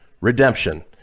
Redemption